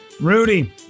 rudy